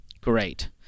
Great